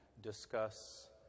discuss